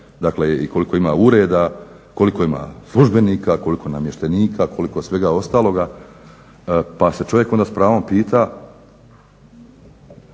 i koliko ima ureda, koliko ima službenika, koliko namještenika, koliko svega ostaloga pa se čovjek onda s pravom pita